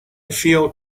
feel